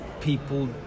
people